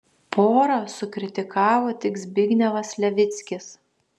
porą sukritikavo tik zbignevas levickis